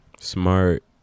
smart